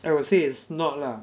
I would say it's not lah